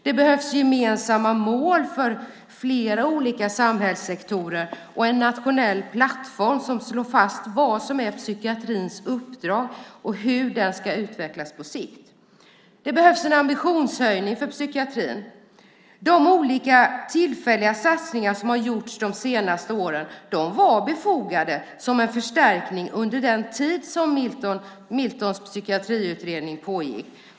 Det behövs gemensamma mål för flera olika samhällssektorer och en nationell plattform som slår fast vad som är psykiatrins uppdrag och hur den ska utvecklas på sikt. Det behövs en ambitionshöjning för psykiatrin. De olika tillfälliga satsningar som har gjorts de senaste åren var befogade som en förstärkning under den tid som Miltons psykiatriutredning pågick.